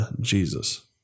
Jesus